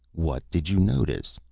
what did you notice?